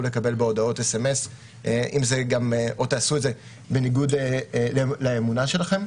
לקבל בו הודעות סמ"ס או תעשו את זה בניגוד לאמונה שלכם.